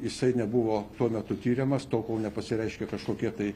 jisai nebuvo tuo metu tiriamas tol kol nepasireiškė kažkokie tai